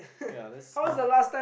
ya let's move